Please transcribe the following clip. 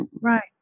Right